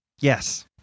Yes